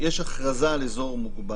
יש הכרזה על אזור מוגבל.